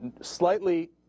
slightly